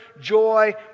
joy